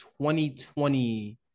2020